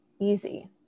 easy